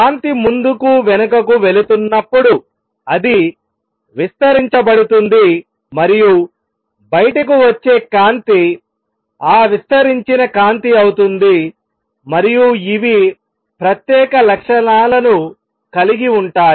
కాంతి ముందుకు వెనుకకు వెళుతున్నప్పుడు అది విస్తరించబడుతుంది మరియు బయటకు వచ్చే కాంతి ఆ విస్తరించిన కాంతి అవుతుంది మరియు ఇవి ప్రత్యేక లక్షణాలను కలిగి ఉంటాయి